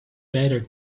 better